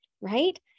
right